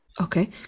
Okay